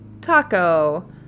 taco